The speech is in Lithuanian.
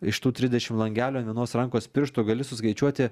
iš tų trisdešim langelių an vienos rankos pirštų gali suskaičiuoti